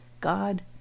God